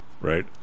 right